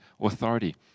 authority